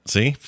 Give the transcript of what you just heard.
See